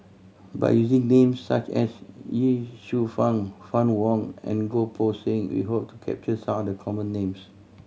by using names such as Ye Shufang Fann Wong and Goh Poh Seng we hope to capture some of the common names